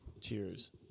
Cheers